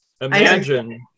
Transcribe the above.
imagine